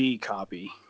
copy